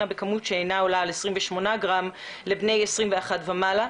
בכמות שאינה עולה על 28 גרם לבני 21 ומעלה,